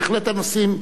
בהחלט הנושאים,